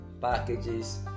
packages